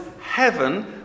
heaven